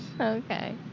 Okay